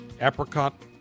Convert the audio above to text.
apricot